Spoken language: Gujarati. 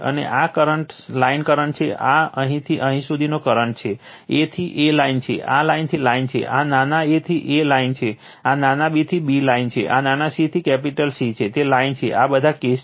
અને આ લાઇન કરંટ છે આ અહીંથી અહીં સુધીનો કરંટ છે a થી A લાઇન છે લાઇન થી લાઇન છે આ નાના a થી A લાઇન છે નાના b થી B લાઇન છે નાના c થી કેપિટલ C છે તે લાઇન છે આ બધા કેસ છે